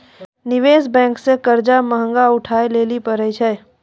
निवेश बेंक से कर्जा महगा उठाय लेली परै छै